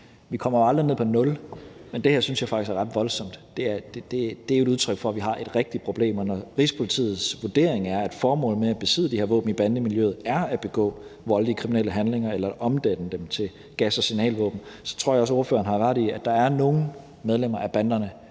Vi kommer aldrig ned på nul, men det her synes jeg faktisk er ret voldsomt. Det er et udtryk for, at vi har et rigtigt problem. Og når Rigspolitiets vurdering er, at formålet med at besidde de her våben i bandemiljøet er at begå voldelige kriminelle handlinger eller omdanne dem til gas- og signalvåben, så tror jeg også, ordføreren har ret i, at der er nogle medlemmer af banderne,